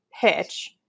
pitch